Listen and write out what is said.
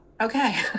okay